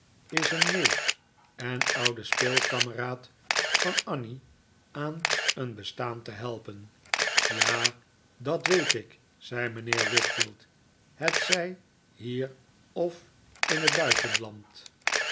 is een neef en ouden speelkameraad van annie aan een bestaan te helpen ja dat weet ik zei mijnheer wickfield hetzij hier of in het buitenland